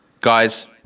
Guys